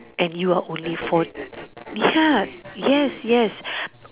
and you are only four~ ya yes yes